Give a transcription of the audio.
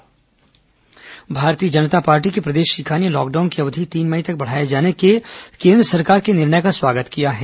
corona Bhajpa lockdown Bharatiya Janata Party की प्रदेश ईकाई ने लॉकडाउन की अवधि तीन मई तक बढ़ाए जाने के केन्द्र सरकार के निर्णय का स्वागत किया है